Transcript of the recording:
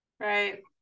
Right